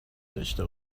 داشته